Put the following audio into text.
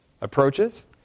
approaches